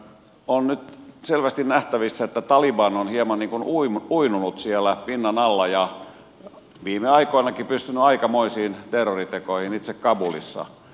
on nyt selvästi nähtävissä että taliban on hieman niin kuin uinunut siellä pinnan alla ja viime aikoinakin pystynyt aikamoisiin terroritekoihin itse kabulissa